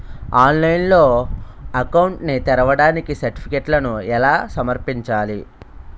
ఆన్లైన్లో అకౌంట్ ని తెరవడానికి సర్టిఫికెట్లను ఎలా సమర్పించాలి?